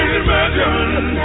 imagine